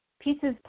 Pieces